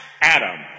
Adam